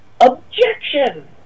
OBJECTION